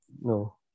No